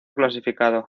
clasificado